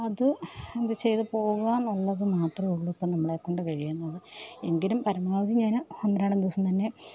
അത് ഇത് ചെയ്തു പോകുക എന്നുള്ളത് മാത്രമേ ഉള്ളു അപ്പം നമ്മളെ കൊണ്ട് കഴിയുന്നത് എങ്കിലും പരമാവധി ഞാൻ ഒന്നരാടം ദിവസം തന്നെ